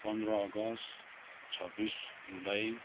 पन्ध्र अगस्त छब्बिस जुलाई